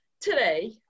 Today